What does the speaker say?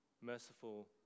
merciful